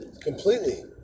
Completely